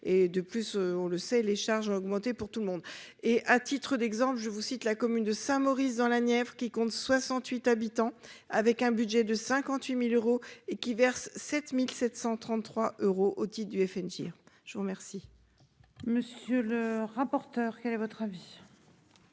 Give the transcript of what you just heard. et de plus on le sait les charges a augmenté pour tout le monde et à titre d'exemple, je vous cite, la commune de Saint-Mauris, dans la Nièvre, qui compte 68 habitants avec un budget de 58.000 euros et qui versent 7733 euros au titre du FNJ. Je vous remercie. Monsieur le rapporteur. Quel est votre avis.